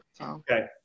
Okay